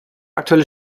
aktuelle